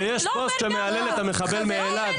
כשיש פוסט שמהלל את המחבל מאלעד,